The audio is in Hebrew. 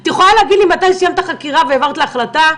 את יכולה להגיד לי מתי סיימת את החקירה והעברת להחלטה?